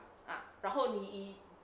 ah 然后你